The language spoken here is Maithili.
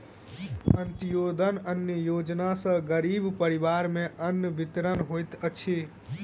अन्त्योदय अन्न योजना सॅ गरीब परिवार में अन्न वितरण होइत अछि